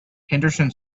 henderson